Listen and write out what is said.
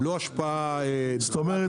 כלומר,